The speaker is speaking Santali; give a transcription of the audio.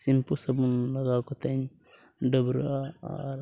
ᱥᱮᱢᱯᱩ ᱥᱟᱵᱚᱱ ᱞᱟᱜᱟᱣ ᱠᱟᱛᱮᱫ ᱤᱧ ᱰᱟᱹᱵᱽᱨᱟᱹᱜᱼᱟ ᱟᱨ